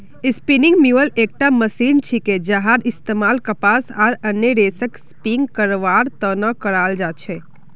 spinning mule एकटा machine छिके जहार इस्तमाल कपास आर अन्य रेशक स्पिन करवार त न कराल जा छेक